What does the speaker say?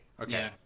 Okay